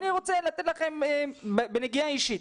אני רוצה לתת לכם נגיעה אישית.